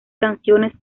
canciones